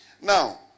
Now